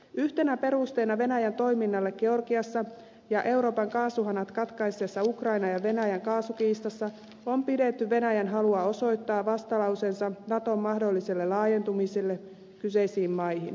yhtenä perusteena venäjän toiminnalle georgiassa ja euroopan kaasuhanat katkaisseessa ukrainan ja venäjän kaasukiistassa on pidetty venäjän halua osoittaa vastalauseensa naton mahdolliselle laajentumiselle kyseisiin maihin